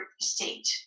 state